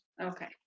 Okay